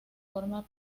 forma